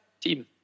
team